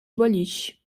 boliche